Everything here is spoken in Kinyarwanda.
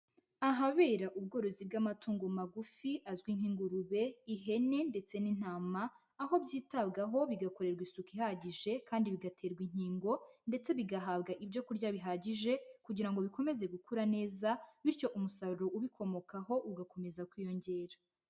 Ahabera ubworozi bw'amatungo magufi azwi nk'ingurube, ihene ndetse n'intama, aho byitabwaho bigakorerwa isuku ihagije kandi bigaterwa inkingo ndetse bigahabwa ibyo kurya bihagije kugira ngo bikomeze gukura neza, bityo umusaruro ubikomokaho ugakomeza kwiyongera.